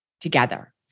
together